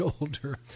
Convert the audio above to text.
older